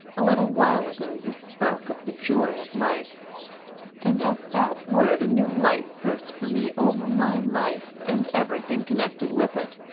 a little while ago you spoke of the joy of life and at that word a new light burst for me over my life and everything connected with it.